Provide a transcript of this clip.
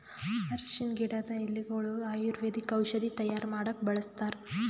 ಅರ್ಷಿಣ್ ಗಿಡದ್ ಎಲಿಗೊಳು ಆಯುರ್ವೇದಿಕ್ ಔಷಧಿ ತೈಯಾರ್ ಮಾಡಕ್ಕ್ ಬಳಸ್ತಾರ್